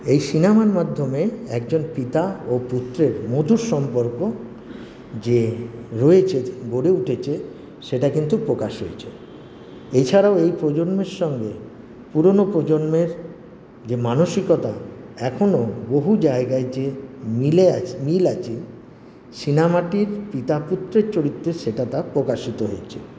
এই সিনেমার মাধ্যমে একজন পিতা ও পুত্রের মধুর সম্পর্ক যে রয়েছে গড়ে উঠেছে সেটা কিন্তু প্রকাশ হয়েছে এছাড়াও এই প্রজন্মের সঙ্গে পুরোনো প্রজন্মের যে মানসিকতা এখনও বহু জায়গায় যে মিলে আছ মিল আছে সিনেমাটির পিতা পুত্রের চরিত্রে সেটা তার প্রকাশিত হয়েছে